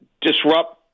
Disrupt